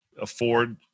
afford